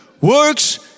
works